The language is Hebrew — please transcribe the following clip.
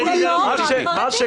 חרדי זה לא פוליטי.